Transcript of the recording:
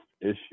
issue